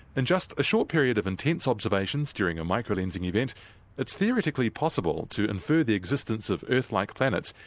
and just a short period of intense observations during a microlensing event it's theoretically possible to infer the existence of earth-like planets,